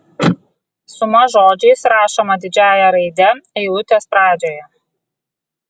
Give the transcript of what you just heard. suma žodžiais rašoma didžiąja raide eilutės pradžioje